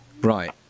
Right